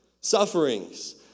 sufferings